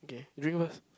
you drink first